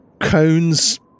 cones